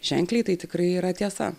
ženkliai tai tikrai yra tiesa